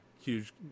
huge